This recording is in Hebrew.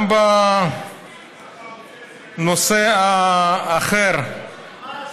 גם בנושא האחר, נגמר הזמן.